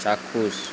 চাক্ষুষ